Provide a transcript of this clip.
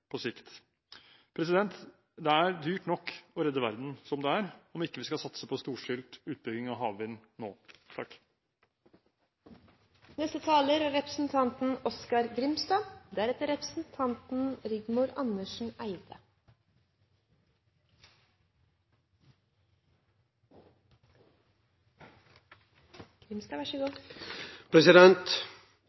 Det er dyrt nok å redde verden som det er, om ikke vi skal satse på storstilt utbygging av havvind nå. Det stemmer, som interpellanten er